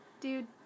Dude